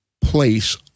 place